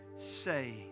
say